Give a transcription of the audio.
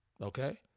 okay